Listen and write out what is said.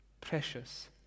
precious